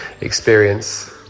experience